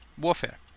warfare